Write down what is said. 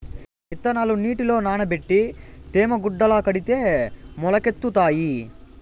ఇత్తనాలు నీటిలో నానబెట్టి తేమ గుడ్డల కడితే మొలకెత్తుతాయి